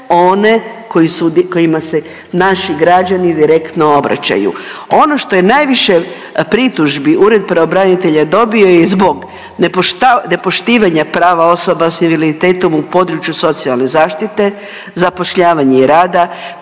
one kojima se naši građani direktno obraćaju. Ono što je najviše pritužbi Ured pravobranitelja dobio je zbog nepoštivanja prava osoba s invaliditetom u području socijalne zaštite, zapošljavanje i rada,